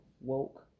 woke